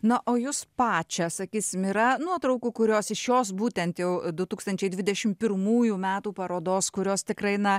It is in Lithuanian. na o jus pačią sakysime yra nuotraukų kurios iš jos būtent jau du tūkstančiai dvidešim pirmųjų metų parodos kurios tikrai na